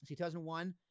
2001